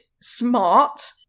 smart